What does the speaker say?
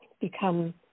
become